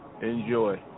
Enjoy